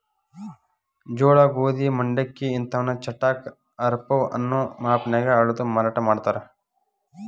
ಜೋಳ, ಗೋಧಿ, ಮಂಡಕ್ಕಿ ಇಂತವನ್ನ ಚಟಾಕ, ಆರಪೌ ಅನ್ನೋ ಮಾಪನ್ಯಾಗ ಅಳದು ಮಾರಾಟ ಮಾಡ್ತಾರ